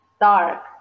Dark